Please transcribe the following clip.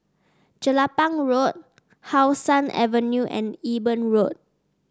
Jelapang Road How Sun Avenue and Eben Road